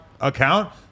account